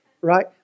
Right